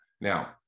Now